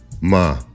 Ma